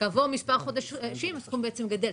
כעבור מספר חודשים הסכום גדל.